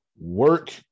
work